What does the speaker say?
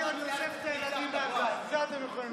אתה לא מאריך להם את המועצה, מצוין.